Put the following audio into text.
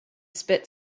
spit